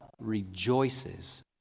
rejoices